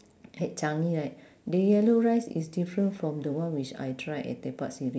at changi right the yellow rice is different from the one which I tried at tepak sireh